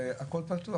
כשהכול פתוח?